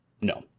No